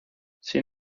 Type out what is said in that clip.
sin